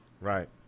Right